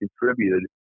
contributed